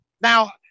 Now